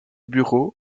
bureaux